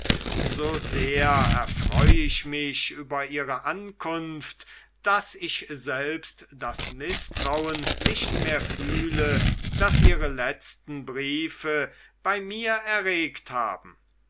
so sehr erfreu ich mich über ihre ankunft daß ich selbst das mißtrauen nicht mehr fühle das ihre letzten briefe bei mir erregt haben